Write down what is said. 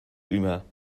über